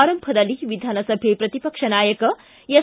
ಆರಂಭದಲ್ಲಿ ವಿಧಾನಸಭೆ ಪ್ರತಿಪಕ್ಷ ನಾಯಕ ಎಸ್